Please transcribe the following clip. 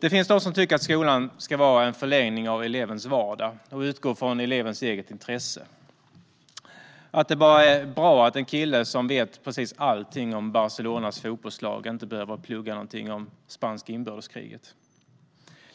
Det finns de som tycker att skolan ska vara en förlängning av elevens vardag och utgå från elevens eget intresse. Då är det bara bra att en kille som vet precis allt om Barcelonas fotbollslag inte behöver plugga om spanska inbördeskriget.